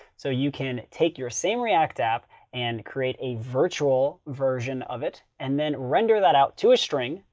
so you can take your same react app and create a virtual version of it, and then render that out to a string,